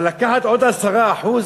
אבל לקחת עוד 10%?